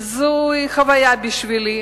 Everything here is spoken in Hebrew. זוהי חוויה בשבילי,